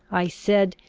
i said,